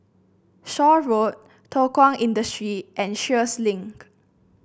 Shaw Road Thow Kwang Industry and Sheares Link